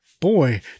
Boy